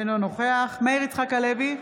אינו נוכח מאיר יצחק הלוי,